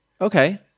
Okay